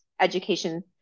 education